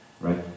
right